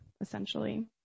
essentially